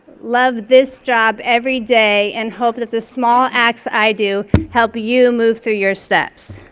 love this job every day and hope that the small acts i do help you move through your steps.